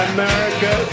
America